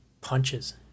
punches